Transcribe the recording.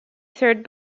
third